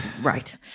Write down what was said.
Right